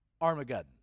armageddon